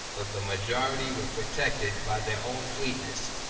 but the majority were protected by their own fleetness,